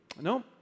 No